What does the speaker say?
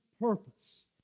purpose